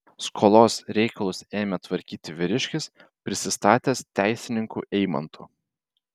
skolos reikalus ėmė tvarkyti vyriškis prisistatęs teisininku eimantu